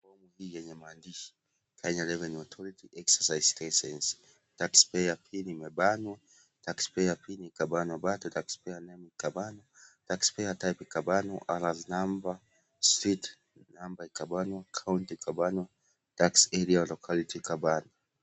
Fomu hii yenye maandishi Kenya Revenue Authority Exercise Licence . Tax payer pin imebanwa, tax payer name ikabanwa, tax payer type ikabanwa, Rs number, street ikabanwa, kaunti ikabanwa na tax area locality ikabanwa.